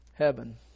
heaven